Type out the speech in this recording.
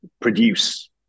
produce